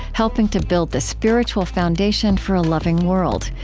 helping to build the spiritual foundation for a loving world.